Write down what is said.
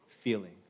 feeling